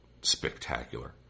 spectacular